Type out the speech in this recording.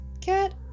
cat